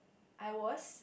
I was